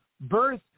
birth